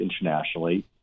internationally